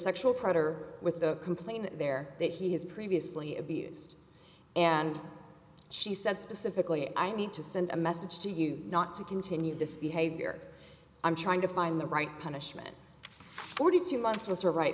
predator with the complaint there that he has previously abused and she said specifically i need to send a message to you not to continue this behavior i'm trying to find the right punishment forty two months was her right